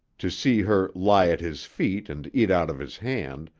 to see her lie at his feet and eat out of his hand,